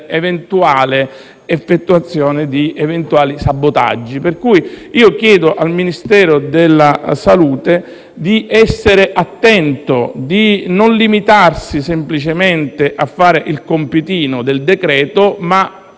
e nell'effettuazione di eventuali sabotaggi. Chiedo allora al Ministero della salute di vigilare, di non limitarsi semplicemente a fare il compitino del decreto, ma